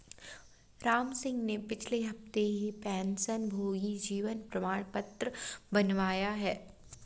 रामसिंह ने पिछले हफ्ते ही पेंशनभोगी जीवन प्रमाण पत्र बनवाया है